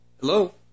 hello